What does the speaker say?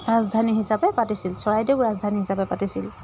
ৰাজধানী হিচাপে পাতিছিল চৰাইদেউক ৰাজধানী হিচাপে পাতিছিল